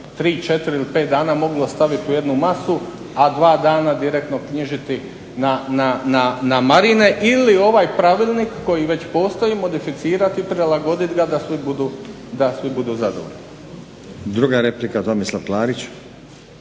Druga replika, Tomislav Klarić.